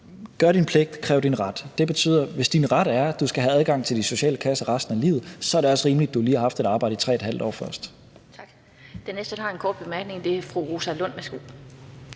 Gør din pligt, kræv din ret. Det betyder, at hvis din ret er, at du skal have adgang til de sociale kasser resten af livet, så er det også rimeligt, at du lige har haft et arbejde i 3½ år først. Kl. 14:39 Den fg. formand (Annette Lind): Den næste, der har en kort bemærkning, er fru Rosa Lund. Værsgo.